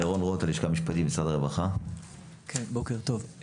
בוקר טוב.